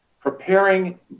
Preparing